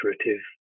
iterative